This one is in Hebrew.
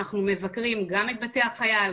אנחנו מבקרים גם את בתי החייל,